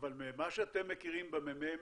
אבל ממה שאתם מכירים בממ"מ